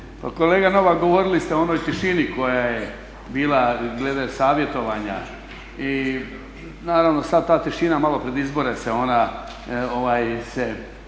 kolega Novak, govorili ste o onoj tišini koja je bila glede savjetovanja i naravno sad ta tišina malo pred izbore se